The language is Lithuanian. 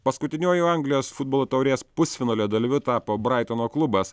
paskutiniuoju anglijos futbolo taurės pusfinalio dalyviu tapo braitono klubas